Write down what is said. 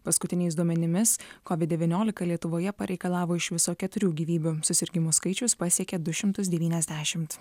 paskutiniais duomenimis kovid devyniolika lietuvoje pareikalavo iš viso keturių gyvybių susirgimų skaičius pasiekė du šimtus devyniasdešimt